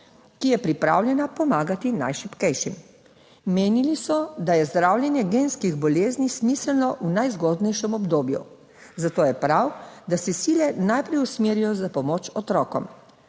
ki je pripravljena pomagati najšibkejšim. Menili so, da je zdravljenje genskih bolezni smiselno v najzgodnejšem obdobju, zato je prav, da se sile najprej usmerijo za pomoč otrokom.